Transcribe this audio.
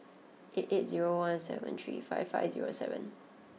eight eight zero one seven three five five zero seven